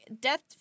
death